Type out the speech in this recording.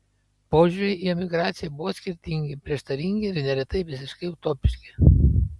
požiūriai į emigraciją buvo skirtingi prieštaringi ir neretai visiškai utopiški